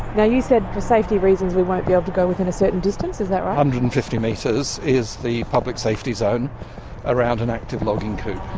now, you said for safety reasons we won't be able to go within a certain distance, is that right? one hundred and fifty metres is the public safety zone around an active logging coupe.